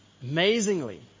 Amazingly